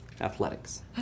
Athletics